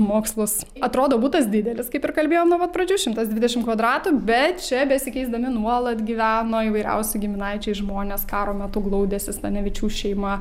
mokslus atrodo butas didelis kaip ir kalbėjom nuo pat pradžių šimtas dvidešim kvadratų bet čia besikeisdami nuolat gyveno įvairiausi giminaičiai žmonės karo metu glaudėsi stanevičių šeima